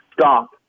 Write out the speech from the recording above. stop